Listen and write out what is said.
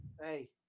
Hey